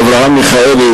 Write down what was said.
אברהם מיכאלי,